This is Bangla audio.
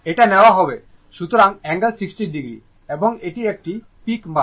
এটা নেওয়া হবে সুতরাং অ্যাঙ্গেল 60o এবং এটি একটি পিক মান